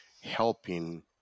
helping